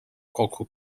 kokku